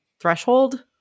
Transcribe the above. threshold